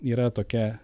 yra tokia